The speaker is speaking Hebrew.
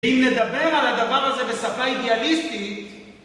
אם נדבר על הדבר הזה בשפה אידיאליסטית